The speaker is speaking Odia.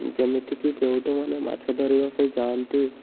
ଯେମିତିକି କେଉଟୁମାନେ ମାଛ ଧରିବା ପାଇଁ ଯାଆନ୍ତି